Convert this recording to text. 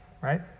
right